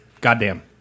goddamn